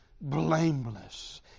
blameless